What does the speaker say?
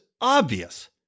obvious